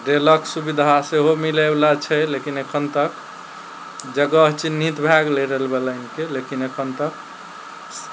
रेलक सुविधा सेहो मिलय वला छै लेकिन एखन तक जगह चिन्हित भए गेलय रेलवे लाइनके लेकिन एखन तक